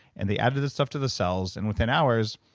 and they added the stuff to the cells. and within hours,